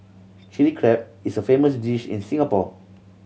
Chilli Crab is a famous dish in Singapore